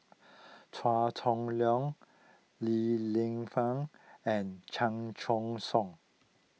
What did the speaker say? Chua Chong Long Li Lienfung and Chan Choy Siong